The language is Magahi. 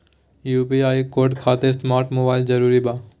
यू.पी.आई कोड खातिर स्मार्ट मोबाइल जरूरी बा?